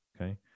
Okay